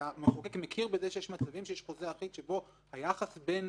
והמחוקק מכיר בזה שיש מצבים שיש חוזה אחיד שבו היחס בין